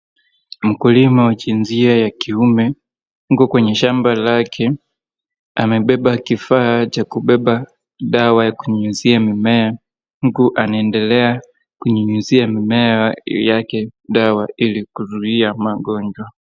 Mkulima wa jinsia ya kiume yuko kwenye shamba lake, amebeba kifaa cha kubeba dawa ya kunyunyizia mimea uku anaendelea kunyunyizia mimea yake dawa ili kuzuia magonjwa.